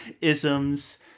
isms